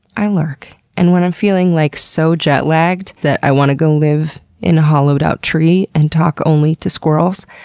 i lurk. and when i'm feeling like so jetlagged that i want to go live in a hollowed-out tree and talk only to squirrels,